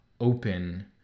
open